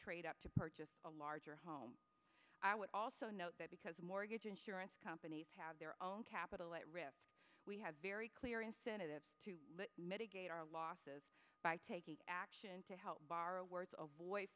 trade up to purchase a larger home i would also note that because mortgage insurance companies have their own capital at risk we have very clear incentive to mitigate our losses by taking action to help borrow